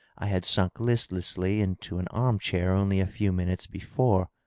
i had sunk listlessly into an arm-chair only a few minutes before.